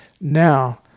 Now